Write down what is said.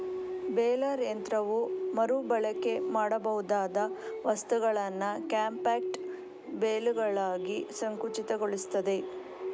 baler ಯಂತ್ರವು ಮರು ಬಳಕೆ ಮಾಡಬಹುದಾದ ವಸ್ತುಗಳನ್ನ ಕಾಂಪ್ಯಾಕ್ಟ್ ಬೇಲುಗಳಾಗಿ ಸಂಕುಚಿತಗೊಳಿಸ್ತದೆ